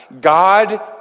God